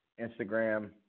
Instagram